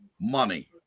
Money